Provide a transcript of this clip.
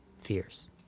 fears